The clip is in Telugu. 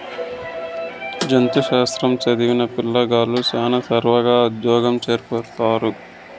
జంతు శాస్త్రం చదివిన పిల్లగాలులు శానా త్వరగా ఉజ్జోగంలో చేరతారప్పా